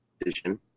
decision